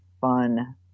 fun